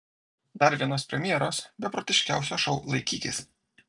dar vienos premjeros beprotiškiausio šou laikykis